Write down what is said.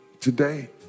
today